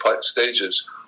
stages